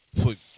put